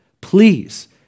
please